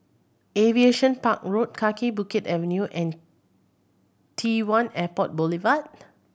Aviation Park Road Kaki Bukit Avenue and T One Airport Boulevard